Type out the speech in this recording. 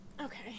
Okay